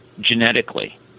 genetically